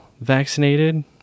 vaccinated